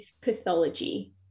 pathology